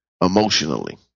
emotionally